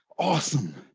awesome.